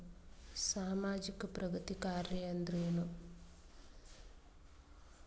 ಸಾಮಾಜಿಕ ಪ್ರಗತಿ ಕಾರ್ಯಾ ಅಂದ್ರೇನು?